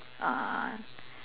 uh